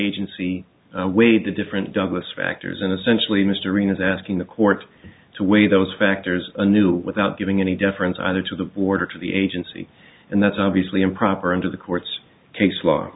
agency weighed the different douglas factors in essentially mystery as asking the court to weigh those factors a new without giving any deference either to the border to the agency and that's obviously improper under the court's case law